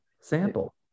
sample